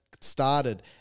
started